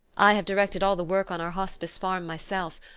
i have directed all the work on our hospice farm myself.